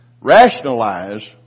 Rationalize